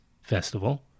Festival